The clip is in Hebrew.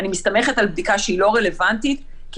אני מסתמכת על בדיקה שהיא לא רלוונטית כי